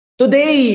today